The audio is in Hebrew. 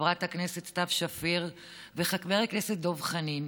חברת הכנסת סתיו שפיר וחבר הכנסת דב חנין.